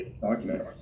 document